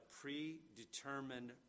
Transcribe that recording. predetermined